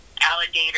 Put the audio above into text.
alligator